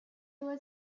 was